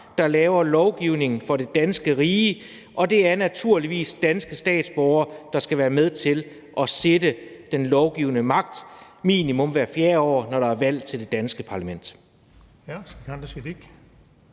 der laver lovgivningen for det danske rige, og det er naturligvis danske statsborgere, der skal være med til at sætte den lovgivende magt minimum hvert fjerde år, når der er valg til det danske parlament.